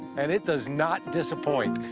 and it does not disappoint.